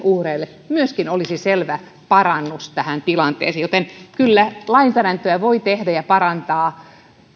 uhreille olisi selvä parannus tähän tilanteeseen joten kyllä lainsäädäntöä voi tehdä ja parantaa